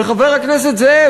וחבר הכנסת זאב,